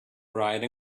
bride